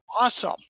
awesome